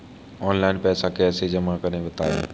Online पैसा कैसे जमा करें बताएँ?